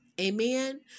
Amen